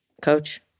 coach